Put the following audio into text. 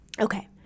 okay